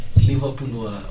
Liverpool